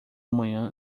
manhã